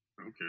Okay